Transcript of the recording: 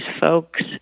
folks